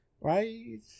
right